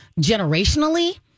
generationally